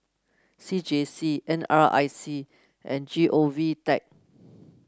C J C N R I C and G O V Tech